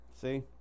See